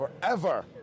Forever